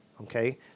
Okay